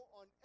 on